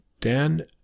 Dan